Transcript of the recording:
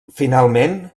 finalment